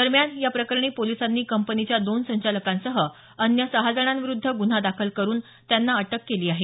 दरम्यान या प्रकरणी पोलिसांनी कंपनीच्या दोन संचालकांसह अन्य सहाजणांविरुध्द गुन्हा दाखल करून त्यांना अटक केली आहे